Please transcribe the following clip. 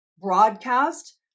Broadcast